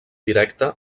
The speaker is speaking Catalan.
directe